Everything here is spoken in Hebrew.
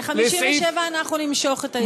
ל-57 אנחנו נמשוך את ההסתייגויות.